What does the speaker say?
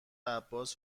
عباس